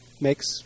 makes